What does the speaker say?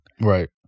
Right